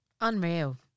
Unreal